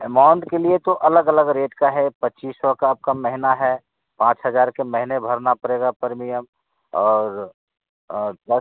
amount के लिए तो अलग अलग रेट का है पच्चीस सौ का आपका महीना है पाँच हजार के महीने भरना पड़ेगा परमियम और और बस